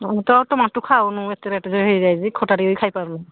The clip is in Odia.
ହଁ ଟ ଟମାଟୋ ଖାଉନୁ ଏତେ ରେଟ୍ ଯେ ହେଇଯାଇଛି ଖଟା ଟିକେ ଖାଇପାରୁନୁ